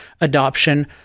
adoption